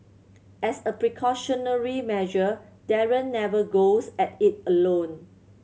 as a precautionary measure Darren never goes at it alone